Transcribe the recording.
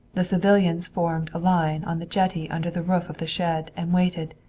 the civilians formed a line on the jetty under the roof of the shed, and waited,